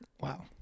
Wow